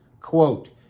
quote